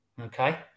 okay